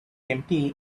empty